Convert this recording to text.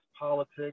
politics